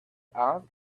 asked